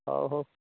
ହଉ ହଉ